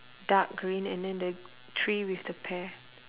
dark green and then the tree with the pear